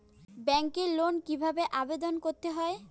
ব্যাংকে লোন কিভাবে আবেদন করতে হয়?